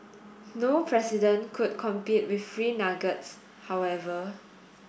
no president could compete with free nuggets however